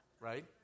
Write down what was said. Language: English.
right